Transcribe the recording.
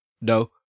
no